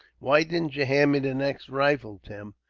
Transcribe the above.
why didn't you hand me the next rifle, tim?